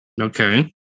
Okay